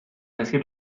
decir